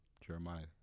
Jeremiah